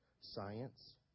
Science